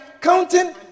counting